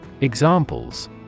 Examples